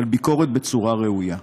אבל ביקורת בצורה ראויה.